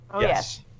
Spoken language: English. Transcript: yes